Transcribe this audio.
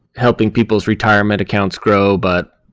helping people's retirement accounts grow. but